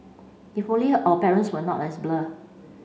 if only our parents were not as blur